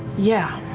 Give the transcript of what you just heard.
yeah.